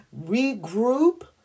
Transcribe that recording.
regroup